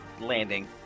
landing